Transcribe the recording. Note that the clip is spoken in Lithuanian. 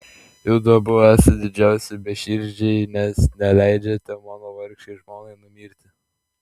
judu abu esat didžiausi beširdžiai nes neleidžiate mano vargšei žmonai numirti